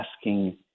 asking